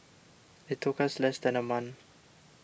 it took us less than a month